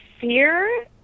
fear